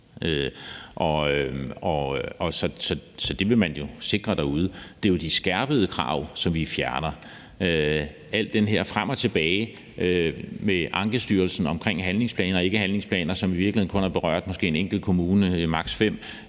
Så det vil man jo sikre derude. Det er jo de skærpede krav, som vi fjerner. Alt den her dialog frem og tilbage til Ankestyrelsen om handlingsplaner og ikke handlingsplaner, som i virkeligheden kun har berørt måske en kommune og maks. fem,